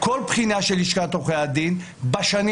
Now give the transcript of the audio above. כל בחינה של לשכת עורכי הדין בשנים